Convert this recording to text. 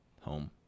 home